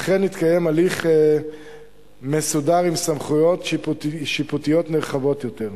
אכן יתקיים הליך מסודר עם סמכויות שיפוטיות נרחבות יותר.